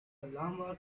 lamar